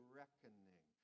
reckoning